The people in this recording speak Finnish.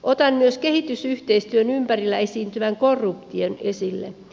otan myös kehitysyhteistyön ympärillä esiintyvän korruption esille